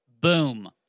Boom